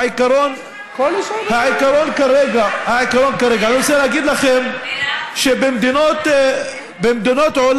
העיקרון כרגע, אני רוצה להגיד לכם שבמדינות העולם